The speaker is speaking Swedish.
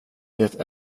det